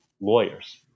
lawyers